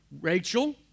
Rachel